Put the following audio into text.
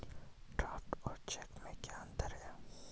Draft और cheque में क्या अंतर है?